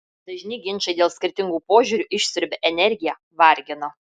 dažni ginčai dėl skirtingų požiūrių išsiurbia energiją vargina